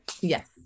Yes